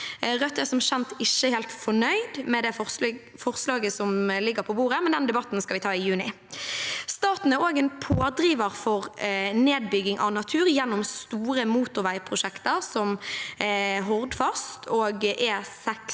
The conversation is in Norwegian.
Rødt er som kjent ikke helt fornøyd med det forslaget som ligger på bordet, men den debatten skal vi ta i juni. Staten er også en pådriver for nedbygging av natur gjennom store motorveiprosjekter, som Hordfast og E6